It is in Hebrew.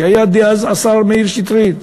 שהיה אז השר מאיר שטרית,